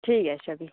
ठीक ऐ अच्छा फ्ही